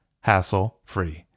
hassle-free